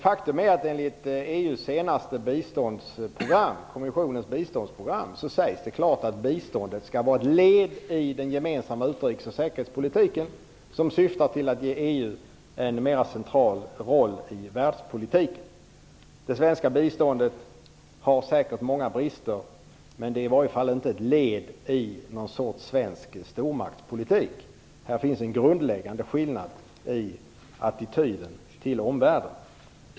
Faktum är att i EU-kommissionens senaste biståndsprogram sägs det klart att biståndet skall vara ett led i den gemensamma utrikes och säkerhetspolitiken, som syftar till att ge EU en mer central roll i världspolitiken. Det svenska biståndet har säkert många brister, men det är i varje fall inte ett led i någon sådan svensk stormaktspolitik. Här finns en grundläggande skillnad i attityden till omvärlden.